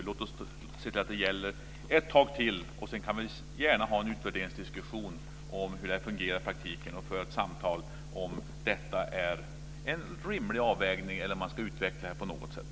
Låt det få gälla ett tag till, och sedan kan vi ha en utvärderingsdiskussion om hur det fungerar i praktiken och föra ett samtal om ifall detta är en rimlig avvägning eller om systemet ska utvecklas på något sätt.